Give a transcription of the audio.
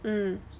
mm